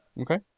okay